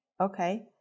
Okay